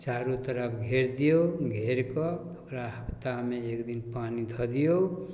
चारू तरफ घेरि दिऔ घेरिकऽ ओकरा हफ्तामे एक दिन पानी धऽ दिऔ